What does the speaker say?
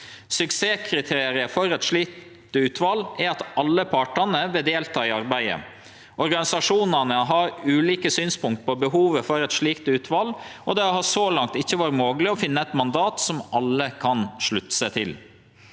Suksesskriteriet for eit slikt utval er at alle partane vil delta i arbeidet. Organisasjonane har ulike synspunkt på behovet for eit slikt utval, og det har så langt ikkje vore mogleg å finne eit mandat som alle kan slutte seg til.